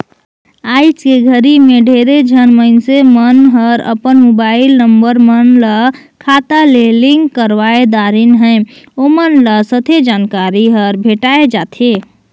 आइज के घरी मे ढेरे झन मइनसे मन हर अपन मुबाईल नंबर मन ल खाता ले लिंक करवाये दारेन है, ओमन ल सथे जानकारी हर भेंटाये जाथें